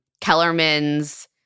Kellerman's